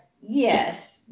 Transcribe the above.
Yes